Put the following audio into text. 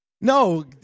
no